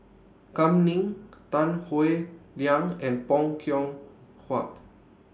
Kam Ning Tan Howe Liang and Bong Hiong Hwa